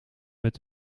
met